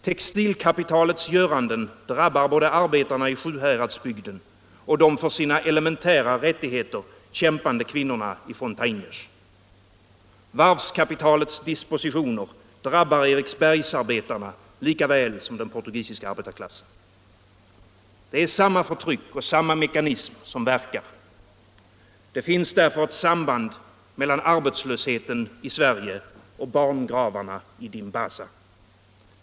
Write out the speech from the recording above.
Textilkapitalets göranden drabbar både arbetarna i Sjuhäradsbygden och de för sina elementära rättigheter kämpande kvinnorna i Fontainhas. Varvskapitalets dispositioner drabbar Eriksbergsarbetarna lika väl som den portugisiska arbetarklassen. Det är samma förtryck, samma mekanism som verkar. Det finns ett samband mellan arbetslösheten i Sverige och barngravarna i Dimbaza.